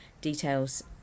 details